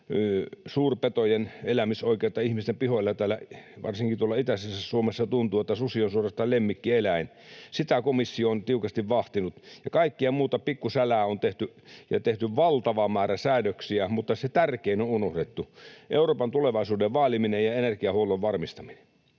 suurpetojen elämisoikeutta ihmisten pihoilla, ja varsinkin tuolla itäisessä Suomessa tuntuu, että susi on suorastaan lemmikkieläin, kun sitä komissio on tiukasti vahtinut, ja kaikkea muuta pikkusälää on tehty ja tehty valtava määrä säädöksiä. Mutta se tärkein on unohdettu, Euroopan tulevaisuuden vaaliminen ja energiahuollon varmistaminen.